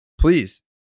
Please